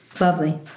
Lovely